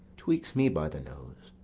tweaks me by the nose?